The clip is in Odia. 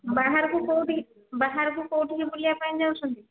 ବାହାରକୁ କେଉଁଠିକି ବାହାରକୁ କେଉଁଠିକି ବୁଲିବା ପାଇଁ ଯାଉଛନ୍ତି